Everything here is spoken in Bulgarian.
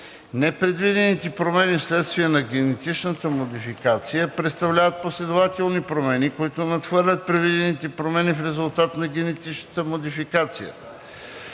Непредвидените промени вследствие на генетичната модификация представляват последователни промени, които надхвърлят предвидените промени в резултат от генетичната модификация.